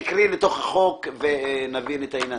את תקראי בתוך החוק ונבין את העניין.